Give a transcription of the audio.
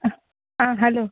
ಹಾಂ ಹಲೋ